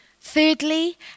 Thirdly